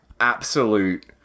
absolute